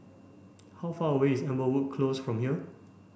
how far away is Amberwood Close from here